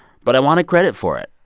but i wanted credit for it.